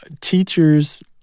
teachers